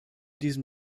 diesen